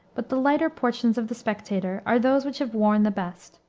but the lighter portions of the spectator are those which have worn the best.